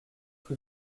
rue